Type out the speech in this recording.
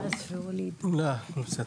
בבקשה.